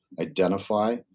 identify